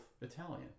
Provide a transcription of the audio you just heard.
Italian